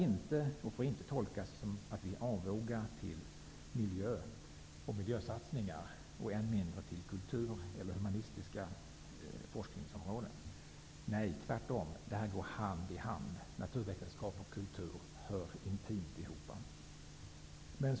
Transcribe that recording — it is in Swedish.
Det får inte tolkas så, att vi skulle vara avoga till miljö och miljösatsningar och än mindre till kulturområden eller humanistiska forskningsområden. Nej, tvärtom! Naturvetenskap och kultur går hand i hand och hör intimt ihop med varandra.